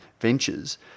ventures